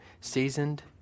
seasoned